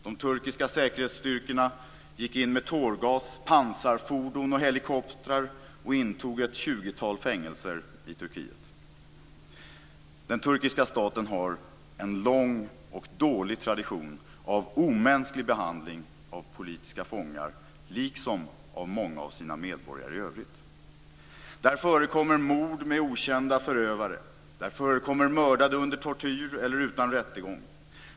De turkiska säkerhetsstyrkorna gick in med tårgas, pansarfordon och helikoptrar och intog ett tjugotal fängelser i Turkiet. Den turkiska staten har en lång och dålig tradition av omänsklig behandling av politiska fångar, liksom av många av sina medborgare i övrigt. Där förekommer mord med okända förövare. Där förekommer mördande under tortyr eller utan rättegång.